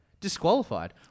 disqualified